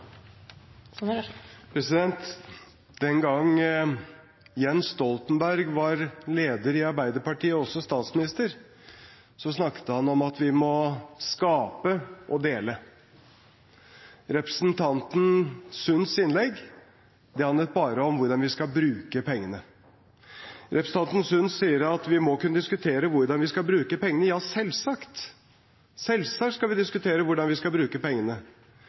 Den gang Jens Stoltenberg var leder i Arbeiderpartiet og også statsminister, snakket han om at vi må skape og dele. Representanten Sunds innlegg handlet bare om hvordan vi skal bruke pengene. Representanten Sund sier at vi må kunne diskutere hvordan vi skal bruke pengene. Selvsagt skal vi diskutere hvordan vi skal bruke pengene,